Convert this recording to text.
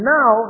Now